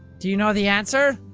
do you know the answer?